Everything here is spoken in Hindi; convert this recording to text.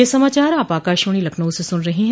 ब्रे क यह समाचार आप आकाशवाणी लखनऊ से सुन रहे हैं